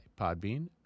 Podbean